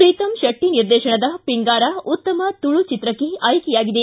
ಪ್ರೀತಮ್ ಶೆಟ್ಟ ನಿರ್ದೇಶನದ ಪಿಂಗಾರಾ ಉತ್ತಮ ತುಳು ಚಿತ್ರಕ್ಕೆ ಆಯ್ಕೆಯಾಗಿದೆ